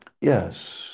yes